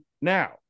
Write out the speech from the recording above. now